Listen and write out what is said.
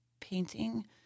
painting